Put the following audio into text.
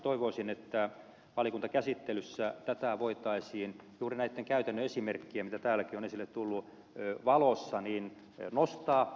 toivoisin että valiokuntakäsittelyssä tätä voitaisiin juuri näitten käytännön esimerkkien mitä täälläkin on esille tullut valossa nostaa